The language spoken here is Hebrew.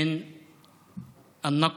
נגב,